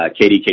KDK